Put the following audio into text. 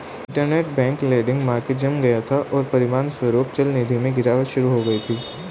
interbank lending market जम गया था, और परिणामस्वरूप चलनिधि में गिरावट शुरू हो गई थी